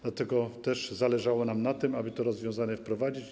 Dlatego też zależało nam na tym, aby to rozwiązanie wprowadzić.